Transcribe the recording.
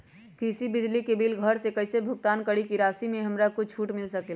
कृषि बिजली के बिल घर से कईसे भुगतान करी की राशि मे हमरा कुछ छूट मिल सकेले?